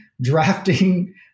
drafting